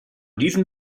diesen